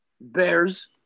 Bears